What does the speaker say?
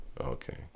Okay